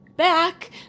back